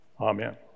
Amen